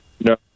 No